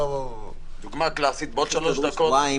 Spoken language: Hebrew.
דוגמה קלאסית, בעוד שלוש דקות